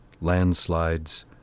Landslides